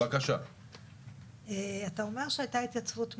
אתה אומר שהייתה התייצבות מלאה.